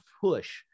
push